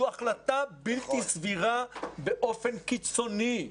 זאת החלטה בלתי סבירה באופן קיצוני.